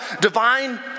Divine